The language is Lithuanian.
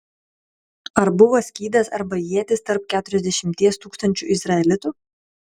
ar buvo skydas arba ietis tarp keturiasdešimties tūkstančių izraelitų